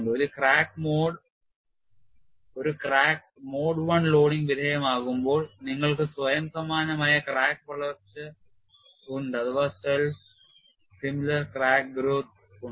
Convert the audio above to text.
ഒരു crack mode I loading വിധേയമാക്കുമ്പോൾ നിങ്ങൾക്ക് സ്വയം സമാനമായ ക്രാക്ക് വളർച്ചയുണ്ട്